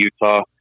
Utah